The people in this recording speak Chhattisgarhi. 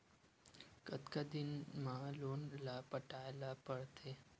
कतका दिन मा लोन ला पटाय ला पढ़ते?